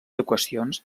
equacions